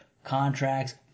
Contracts